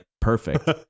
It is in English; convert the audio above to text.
perfect